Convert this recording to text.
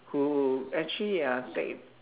who actually ah take